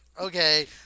okay